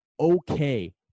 okay